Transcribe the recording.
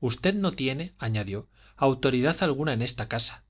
usted no tiene añadió autoridad alguna en esta casa